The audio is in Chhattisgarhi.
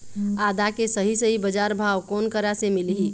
आदा के सही सही बजार भाव कोन करा से मिलही?